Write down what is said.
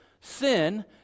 sin